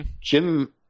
Jim